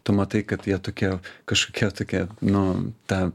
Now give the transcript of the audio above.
tu matai kad jie tokie kažkokie tokie nu ta